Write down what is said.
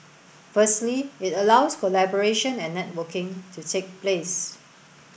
firstly it allows collaboration and networking to take place